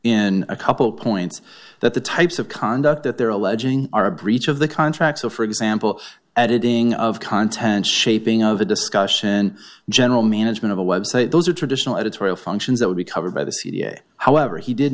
in a couple points that the types of conduct that they're alleging are a breach of the contract so for example editing of content shaping of a discussion general management of a website those are traditional editorial functions that would be covered by the cia however he did